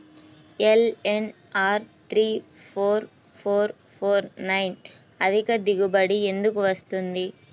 LNR three four four four nine అధిక దిగుబడి ఎందుకు వస్తుంది?